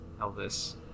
Elvis